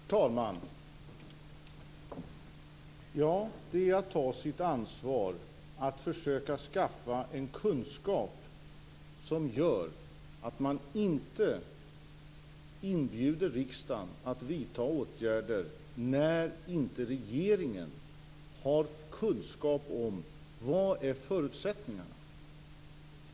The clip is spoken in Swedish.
Fru talman! Det är att ta sitt ansvar att försöka skaffa kunskap och att inte inbjuda riksdagen att vidta åtgärder när regeringen inte har kunskap om vad förutsättningarna är.